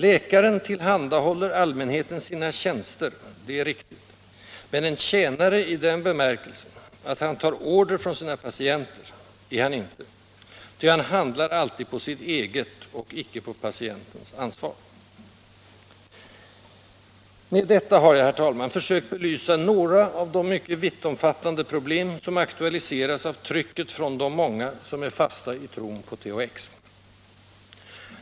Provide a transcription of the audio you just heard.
Läkaren tillhandahåller allmänheten sina tjänster, det är riktigt, men en tjänare i den bemärkelsen att han tar order från sina patienter är han inte, ty han handlar alltid på sitt eget och icke på patientens ansvar. Med detta har jag, herr talman, försökt att belysa några av de mycket vittomfattande problem som aktualiseras av trycket från de många, som är fasta i tron på THX.